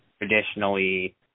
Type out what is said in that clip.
traditionally